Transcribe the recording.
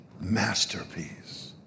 masterpiece